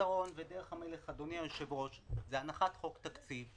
הפתרון ודרך המלך זה הנחת חוק תקציב.